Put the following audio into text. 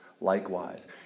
likewise